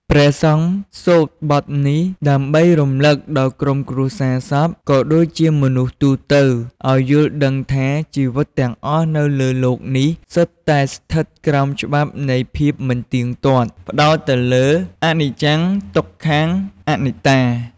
ព្រះសង្ឃសូត្របទនេះ ដើម្បីរំលឹកដល់ក្រុមគ្រួសារសព ក៏ដូចជាមនុស្សទូទៅ ឲ្យយល់ដឹងថា ជីវិតទាំងអស់នៅលើលោកនេះ សុទ្ធតែស្ថិតក្រោមច្បាប់នៃភាពមិនទៀងទាត់ ផ្ដោតទៅលើ អនិច្ចំ ទុក្ខំ អនត្តា។